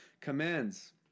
Commands